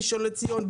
בראשון לציון,